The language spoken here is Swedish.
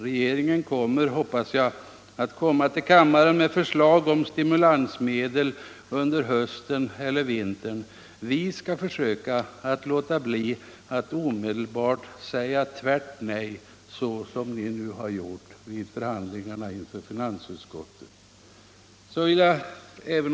Regeringen skall, hoppas jag, komma till kammaren med förslag om stimulansmedel till hösten eller vintern. Vi skall försöka låta bli att omedelbart säga tvärt nej, som ni nu har gjort vid förhandlingarna inför finansutskottet.